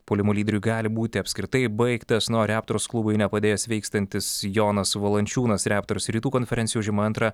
puolimų lyderiui gali būti apskritai baigtas na o raptors klubui nepadėjo sveikstantis jonas valančiūnas raptors rytų konferencijo užima antrą